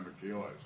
kilos